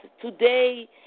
Today